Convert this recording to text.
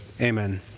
amen